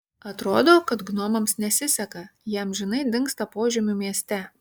atrodo kad gnomams nesiseka jie amžinai dingsta požemių mieste